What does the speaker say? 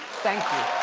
thank you,